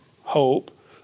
hope